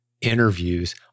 interviews